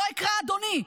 לא אקרא "אדוני".